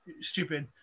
stupid